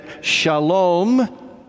shalom